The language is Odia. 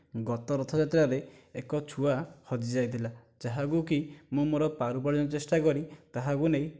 ଗତ ରଥଯାତ୍ରାରେ ଏକ ଛୁଆ ହଜି ଯାଇଥିଲା ଯାହାକୁ କି ମୁଁ ମୋର ପାରୁ ପାରଣ ଚେଷ୍ଟା କରି ତାହାକୁ ନେଇ